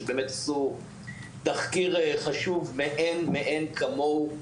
שבאמת עשו תחקיר חשוב מאין כמותו.